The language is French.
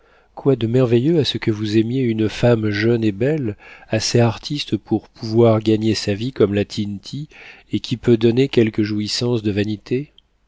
quoi de merveilleux à ce que vous aimiez une femme jeune et belle assez artiste pour pouvoir gagner sa vie comme la tinti et qui peut donner quelques jouissances de vanité